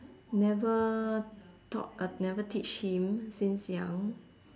never taught uh never teach him since young